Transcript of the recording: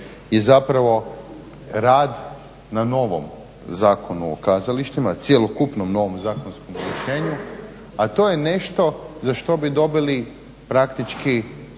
i zapravo rad na novom Zakonu o kazalištima, cjelokupnom novom zakonskom rješenju a to je nešto za što bi dobili praktički